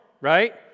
right